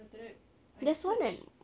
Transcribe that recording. then after that I search